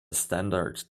standard